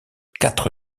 quatre